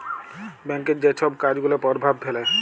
ব্যাংকের যে ছব কাজ গুলা পরভাব ফেলে